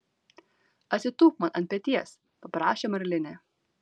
atsitūpk man ant peties paprašė marlinė